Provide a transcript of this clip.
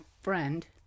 friend